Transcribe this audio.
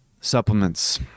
supplements